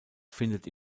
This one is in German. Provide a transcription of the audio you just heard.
findet